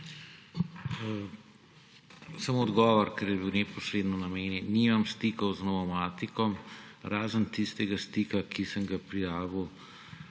Samo odgovor, ker je bilo neposredno na mene naslovljeno. Nimam stikov z Novomaticom, razen tistega stika, ki sem ga prijavil